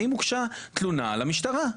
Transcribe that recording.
האם הוגשה תלונה למשטרה?